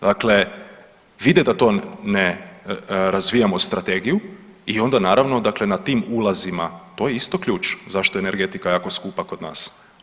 Dakle, vide da to ne razvijamo strategiju i onda naravno, dakle na tim ulazima to je isto ključ zašto je energetika jako skupa kod nas.